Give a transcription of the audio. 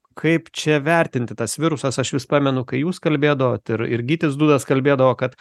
kaip čia vertinti tas virusas aš vis pamenu kai jūs kalbėdavot ir ir gytis dudas kalbėdavo kad